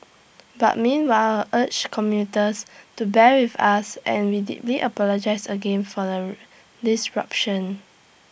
but meanwhile urge commuters to bear with us and we deeply apologise again for the disruption